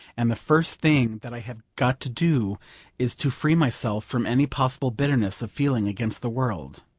and the first thing that i have got to do is to free myself from any possible bitterness of feeling against the world.